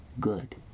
good